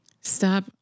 Stop